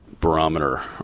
barometer